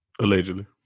allegedly